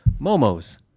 Momo's